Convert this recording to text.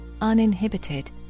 uninhibited